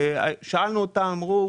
שאלנו אותם והם אמרו,